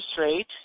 rate